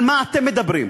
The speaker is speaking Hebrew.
על מה אתם מדברים?